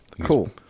Cool